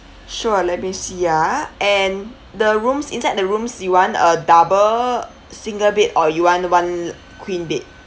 sure let me see ah and the rooms inside the rooms you want a double single bed or you want one queen bed